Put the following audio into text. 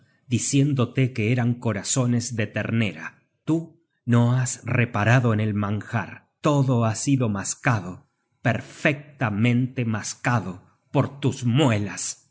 diciéndote que eran corazones de ternera tú no has reparado en el manjar todo ha sido mascado perfectamente mascado por tus muelas